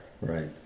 Right